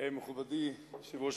מכובדי היושב-ראש,